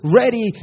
ready